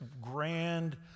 grand